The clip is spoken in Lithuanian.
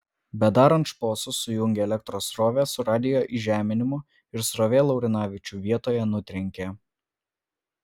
bedarant šposus sujungė elektros srovę su radijo įžeminimu ir srovė laurinavičių vietoje nutrenkė